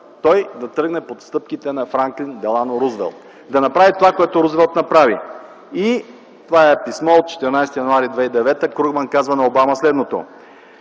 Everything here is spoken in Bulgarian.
той да тръгне по стъпките на Франклин Делано Рузвелт – да направи това, което Рузвелт направи. Това е писмо от 14 януари 2009 г., където Кругман казва на Обама следното: